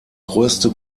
größte